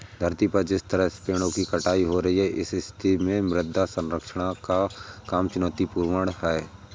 धरती पर जिस तरह से पेड़ों की कटाई हो रही है इस स्थिति में मृदा संरक्षण का काम चुनौतीपूर्ण है